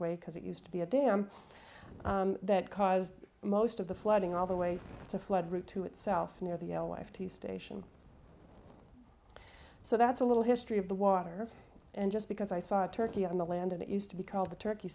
passageway because it used to be a dam that caused most of the flooding all the way to flood route to itself near the wife to the station so that's a little history of the water and just because i saw a turkey on the land and it used to be called the turkey